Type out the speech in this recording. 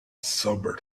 sobered